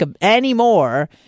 anymore